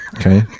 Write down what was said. okay